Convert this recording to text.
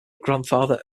grandfather